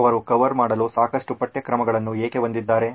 ಅವರು ಕವರ್ ಮಾಡಲು ಸಾಕಷ್ಟು ಪಠ್ಯಕ್ರಮವನ್ನು ಏಕೆ ಹೊಂದಿದ್ದಾರೆ